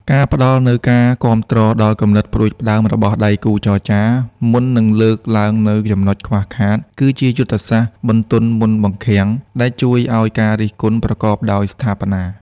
ការផ្តល់នូវការគាំទ្រដល់គំនិតផ្ដួចផ្ដើមរបស់ដៃគូចរចា មុននឹងលើកឡើងនូវចំណុចខ្វះខាត គឺជាយុទ្ធសាស្ត្រ "បន្ទន់មុនបង្ខាំង" ដែលជួយឱ្យការរិះគន់ប្រកបដោយស្ថាបនា។